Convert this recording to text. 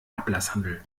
ablasshandel